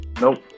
Nope